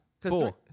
four